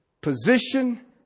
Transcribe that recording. Position